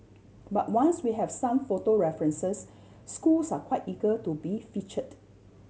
but once we have some photo references schools are quite eager to be featured